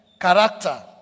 character